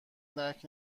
درک